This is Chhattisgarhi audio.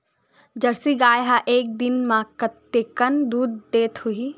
जर्सी गाय ह एक दिन म कतेकन दूध देत होही?